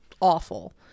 awful